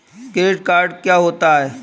Credit card क्या होता है?